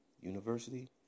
University